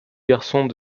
garçons